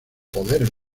poder